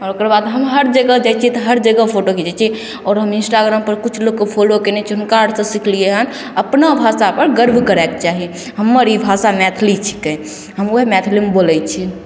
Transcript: आओर ओकरबाद हम हर जगह जाइ छियै तऽ हर जगह फोटो घिचै छियै आओर हम इन्स्टाग्रामपर किछु लोगके फॉलो कयने छियै हुनका आरसँ सिखलियै हन अपना भाषापर गर्व करयके चाही हमर ई भाषा मैथिली छिकै हमहुँ मैथिलीमे बोलय छियै